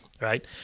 right